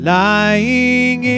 lying